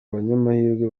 abanyamahirwe